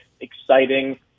exciting